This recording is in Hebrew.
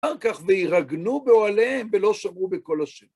אחר כך וירגנו באוהליהם, ולא שמעו בקול השם.